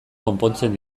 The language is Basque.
konpontzen